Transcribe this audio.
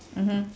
mmhmm